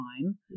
time